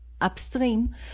upstream